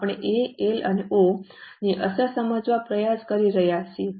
આપણે A L અને O ની અસર સમજવાનો પ્રયાસ કરી રહ્યા છીએ